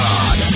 God